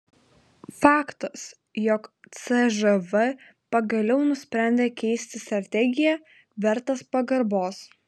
faktas jog cžv pagaliau nusprendė keisti strategiją vertas pagarbos